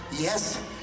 Yes